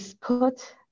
put